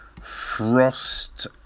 frost